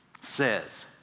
says